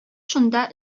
шунда